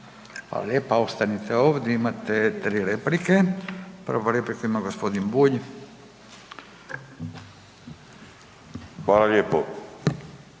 Hvala lijepa. Ostanite ovdje imate tri replike. Prvu repliku ima gospodin Bulj.